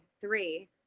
three